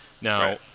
Now